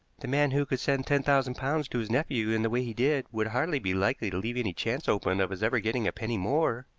the man who could send ten thousand pounds to his nephew in the way he did would hardly be likely to leave any chance open of his ever getting a penny more,